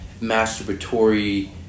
masturbatory